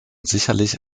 sicherlich